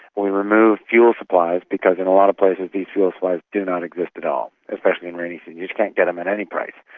we remove fuel supplies, because in a lot of places these fuel supplies do not exist at all, especially in rainy season you just can't get em at any price.